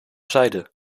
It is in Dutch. zijde